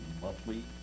monthly